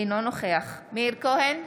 אינו נוכח מאיר כהן,